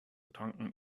tanken